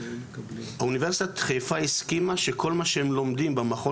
אונ' חיפה הסכימה שכל מה שהם לומדים במכון